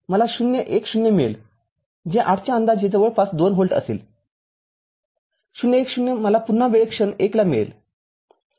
मला ०१० मिळेलजे ८च्या अंदाजे जवळपास २V असेल ०१० मला पुन्हा वेळ क्षण १ ला मिळेल